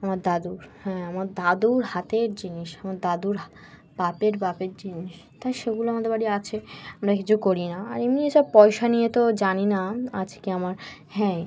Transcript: আমার দাদুর হ্যাঁ আমার দাদুর হাতের জিনিস আমার দাদুর বাপের বাপের জিনিস তাই সেগুলো আমাদের বাড়ি আছে আমরা কিছু করি না আর এমনি সব পয়সা নিয়ে তো জানি না আজকে আমার হ্যাঁ